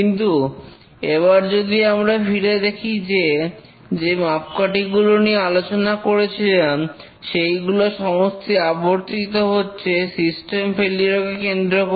কিন্তু এবার যদি আমরা ফিরে দেখি যে যে মাপকাঠিগুলো নিয়ে আলোচনা করেছিলাম সেইগুলো সমস্তই আবর্তিত হচ্ছে সিস্টেম ফেলিওর কে কেন্দ্র করে